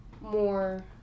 more